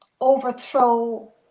overthrow